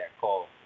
call